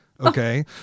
Okay